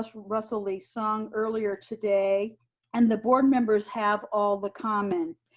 russell lee-sung earlier today and the board members have all the comments.